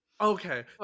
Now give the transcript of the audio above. okay